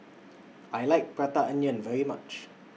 I like Prata Onion very much